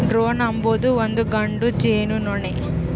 drone ಅಂಬೊದು ಒಂದು ಗಂಡು ಜೇನುನೊಣ